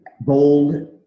bold